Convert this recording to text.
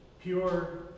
pure